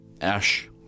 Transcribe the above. Ash